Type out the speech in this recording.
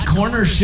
Corner